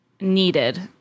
needed